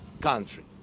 country